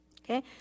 okay